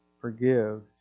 Forgive